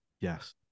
Yes